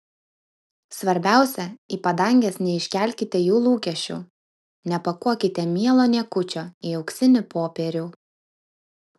svarbiausia į padanges neiškelkite jų lūkesčių nepakuokite mielo niekučio į auksinį popierių